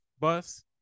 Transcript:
bus